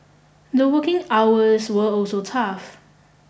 the working hours were also tough